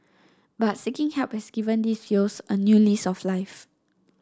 but seeking help has given these youths a new lease of life